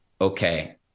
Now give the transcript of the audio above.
okay